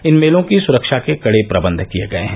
इन मेलों की सुरक्षा के कड़े प्रबंध किये गये हैं